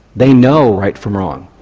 they know right from wrong,